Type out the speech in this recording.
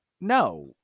no